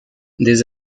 des